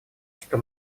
что